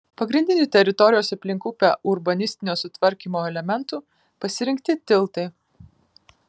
pagrindiniu teritorijos aplink upę urbanistinio sutvarkymo elementu pasirinkti tiltai